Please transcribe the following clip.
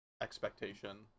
expectation